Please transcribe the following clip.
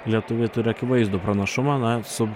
lietuviai turi akivaizdų pranašumą na su